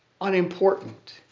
unimportant